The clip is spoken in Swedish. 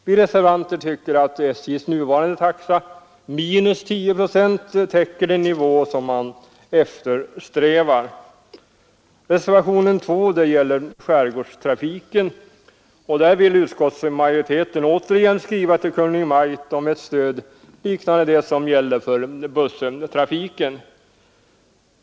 Vi reservanter tycker att SJ:s nuvarande taxa minus 10 procent täcker den nivå som man eftersträvar. Reservationen 2 gäller skärgårdstrafiken, och där vill utskottsmajoriteten återigen skriva till Kungl. Maj:t om ett stöd liknande det som gäller för busstrafiken.